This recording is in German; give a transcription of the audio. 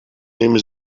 nehme